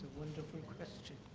wonderful question.